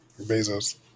Bezos